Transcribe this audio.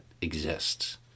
exists